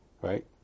Right